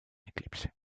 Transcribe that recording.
eclipse